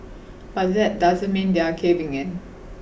but that doesn't mean they're caving in